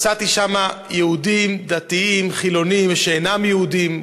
מצאתי שם יהודים דתיים וחילונים ושאינם יהודים.